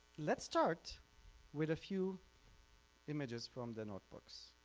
let's start with a few images from the notebooks.